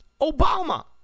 Obama